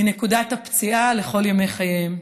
מנקודת הפציעה לכל ימי חייהם?